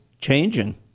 changing